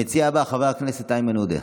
המציע הבא, חבר הכנסת איימן עודה.